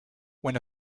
when